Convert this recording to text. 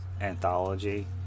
anthology